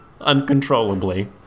uncontrollably